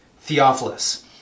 Theophilus